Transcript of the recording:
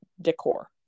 decor